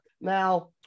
now